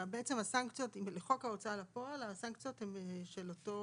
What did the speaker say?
לחוק ההוצאת לפועל הסנקציות של אותו